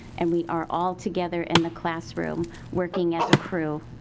and we are all together in the classroom working as a crew.